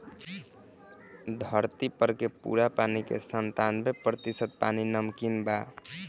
धरती पर के पूरा पानी के सत्तानबे प्रतिशत पानी नमकीन बा